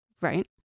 Right